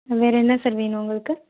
வேறு என்ன சார் வேணும் உங்களுக்கு